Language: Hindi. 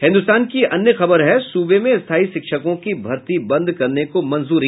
हिन्दुस्तान की एक अन्य खबर है सुबे में स्थायी शिक्षकों की भर्ती बंद करने को मंजूरी